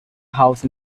house